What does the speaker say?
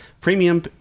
Premium